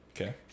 Okay